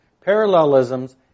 parallelisms